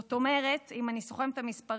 זאת אומרת, אם אני סוכמת את המספרים,